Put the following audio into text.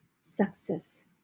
Success